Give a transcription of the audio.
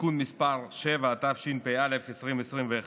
(תיקון מס' 7), התשפ"א 2021,